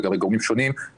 לגבי גורמים שונים,